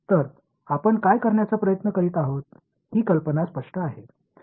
तर आपण काय करण्याचा प्रयत्न करीत आहोत ही कल्पना स्पष्ट आहे